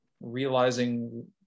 realizing